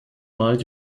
mal